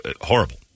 horrible